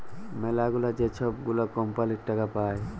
ম্যালাগুলা যে ছব গুলা কম্পালির টাকা পায়